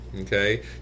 Okay